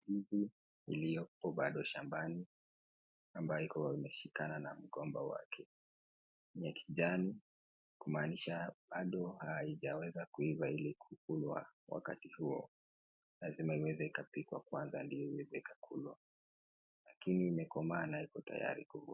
Ndizi iliyoko bado shambani ambayo iko imeshikana na mgomba wake, ni ya kijani kumaanisha bado haijaweza kuiva ili kukulwa wakati huo, lazima iweze ikapikwa kwanza ndo iweze ikakulwa, lakini imekomaa na iko tayari kuvunwa.